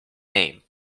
name